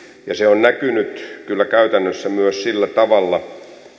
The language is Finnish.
ja se on näkynyt kyllä käytännössä myös sillä tavalla